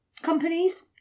companies